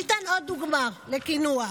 ניתן עוד דוגמה, לקינוח: